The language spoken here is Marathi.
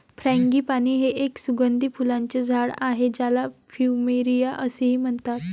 फ्रँगीपानी हे एक सुगंधी फुलांचे झाड आहे ज्याला प्लुमेरिया असेही म्हणतात